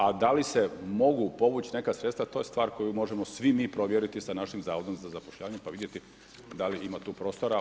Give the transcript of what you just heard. A da li se mogu povući neka sredstva to je stvar koju možemo svi mi provjeriti sa našim Zavodom za zapošljavanje pa vidjeti da li ima tu prostora.